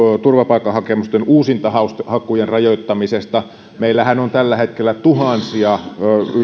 turvapaikkahakemusten uusintahakujen rajoittamisesta meillähän on tällä hetkellä tuhansia